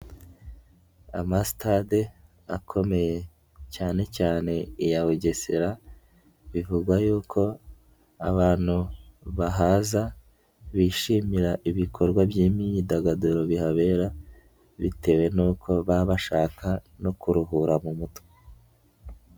Amasitade akomeye cyane cyane iya Bugesera, bivugwa yuko abantu bahaza bishimira ibikorwa by'imyidagaduro bihabera, bitewe n'uko baba bashaka no kuruhura mu mutwe.